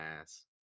ass